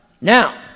Now